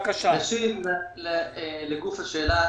לגוף השאלה,